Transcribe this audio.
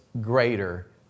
greater